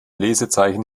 lesezeichen